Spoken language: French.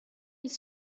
ils